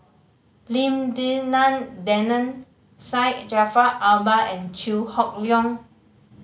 Lim Denan Denon Syed Jaafar Albar and Chew Hock Leong